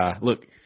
Look